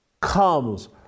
comes